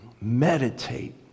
meditate